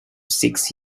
six